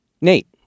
Nate